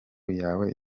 yawe